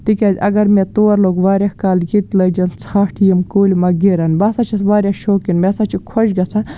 تِکیٛازِ اگر مےٚ تور لوٚگ واریاہ کال ییٚتہِ لٲجِن ژھٹھ یِم کُلۍ ما گِرَن بہٕ ہسا چھَس واریاہ شوقیٖن مےٚ ہسا چھِ خۄش گژھان